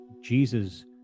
jesus